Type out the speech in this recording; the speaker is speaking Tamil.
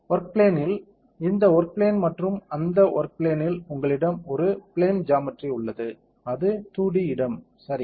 ஒர்க் பிளேன்ல் இந்த ஒர்க் பிளேன் மற்றும் அந்த ஒர்க் பிளேன்ல் உங்களிடம் ஒரு பிளேன் ஜாமெட்ரி உள்ளது அது 2D இடம் சரி